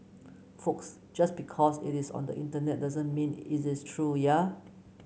folks just because it is on the Internet doesn't mean it is true ya